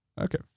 Okay